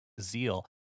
zeal